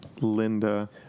Linda